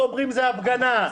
אומרים: זה הפגנה.